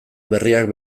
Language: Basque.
berriak